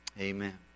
Amen